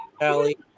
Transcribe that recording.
Allie